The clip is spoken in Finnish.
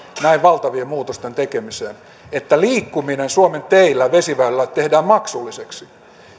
näin valtavien muutosten tekemiseen että liikkuminen suomen teillä ja vesiväylillä tehdään maksulliseksi